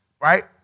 Right